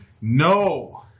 No